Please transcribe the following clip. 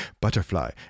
Butterfly